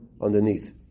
Underneath